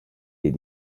des